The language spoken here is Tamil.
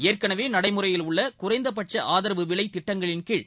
ஏற்கெனவேநடைமுறையில் உள்ளகுறைந்தபட்கஆதரவு விலைதிட்டங்களின் கீழ்